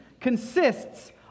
consists